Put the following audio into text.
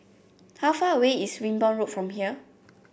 how far away is Wimborne Road from here